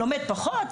לומד פחות,